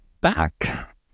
back